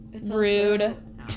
Rude